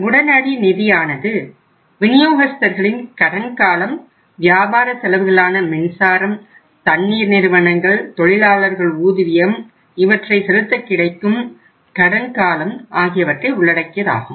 உடனடி நிதியானது வினியோகஸ்தர்களின் கடன் காலம் வியாபார செலவுகளான மின்சாரம் தண்ணீர் நிறுவனங்கள் தொழிலாளர்களின் ஊதியம் இவற்றை செலுத்த கிடைக்கும் கடன் காலம் ஆகியவற்றை உள்ளடக்கியதாகும்